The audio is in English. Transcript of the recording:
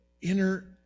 inner